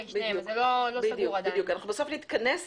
בסוף נתכנס